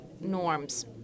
norms